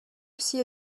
aussi